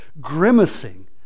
grimacing